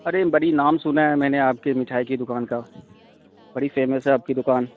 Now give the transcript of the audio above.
ارے بڑی نام سنا ہے میں نے آپ کے مٹھائی کی دکان کا بڑی فیمس ہے آپ کی دکان